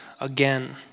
again